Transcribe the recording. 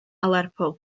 lerpwl